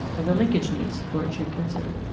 are there linkage needs the board should consider?